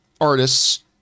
artists